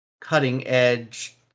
cutting-edge